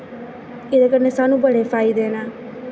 एह्दे कन्नै सानूं बड़े फायदे न